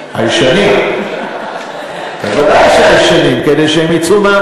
שקל, עכשיו אני רוצה, אבל לא מדברים על קיצוצים.